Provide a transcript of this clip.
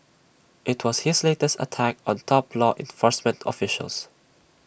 IT was his latest attack on top law enforcement officials